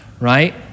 right